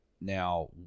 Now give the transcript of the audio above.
Now